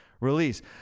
release